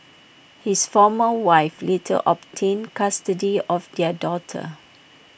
his former wife later obtained custody of their daughter